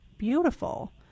beautiful